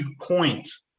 points